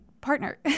partner